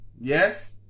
yes